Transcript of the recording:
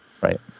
Right